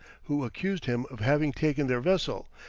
who accused him of having taken their vessel,